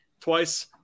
twice